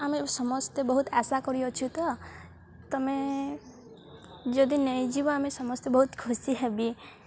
ଆମେ ସମସ୍ତେ ବହୁତ ଆଶା କରିଅଛୁ ତ ତମେ ଯଦି ନେଇଯିବ ଆମେ ସମସ୍ତେ ବହୁତ ଖୁସି ହେବି